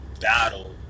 battle